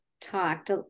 talked